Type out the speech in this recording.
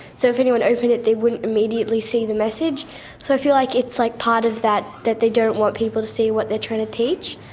so if anyone opened it they wouldn't immediately see the message. so i feel like it's, like, part of that, that they don't want people to see what they're trying to teach.